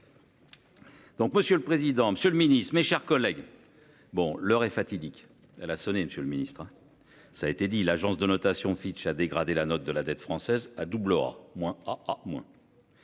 Donc Monsieur le président, Monsieur le Ministre, mes chers collègues. Bon, l'heure est fatidique. Elle a sonné. Monsieur le Ministre, ça a été dit l'agence de notation Fitch a dégradé la note de la dette française à double aura moins, à moins.